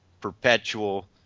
perpetual